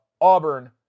Auburn